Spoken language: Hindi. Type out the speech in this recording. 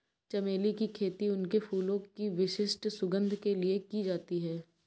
चमेली की खेती उनके फूलों की विशिष्ट सुगंध के लिए की जाती है